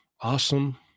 Awesome